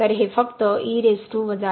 तर हे फक्त